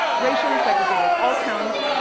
racially segregated, all towns,